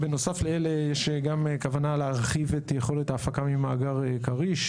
בנוסף לאלה יש גם כוונה להרחיב את יכולת ההפקה ממאגר כריש,